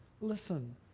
listen